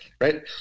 right